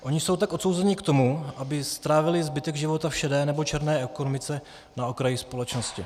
Oni jsou tak odsouzeni k tomu, aby strávili zbytek života v šedé nebo černé ekonomice na okraji společnosti.